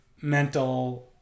mental